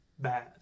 Bad